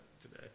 today